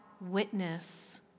witness